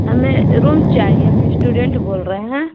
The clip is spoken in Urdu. ہمیں روم چاہیے ہم اسٹوڈینٹ بول رہے ہیں